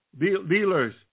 dealers